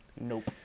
Nope